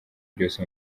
byose